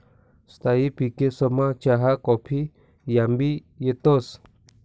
स्थायी पिकेसमा चहा काफी याबी येतंस